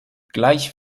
gleich